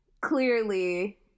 clearly